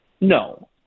No